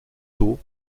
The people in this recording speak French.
tôt